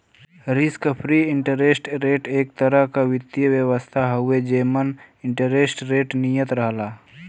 risk free interest rate एक तरह क वित्तीय व्यवस्था हउवे जेमन इंटरेस्ट रेट नियत रहला